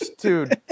Dude